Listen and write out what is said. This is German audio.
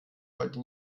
heute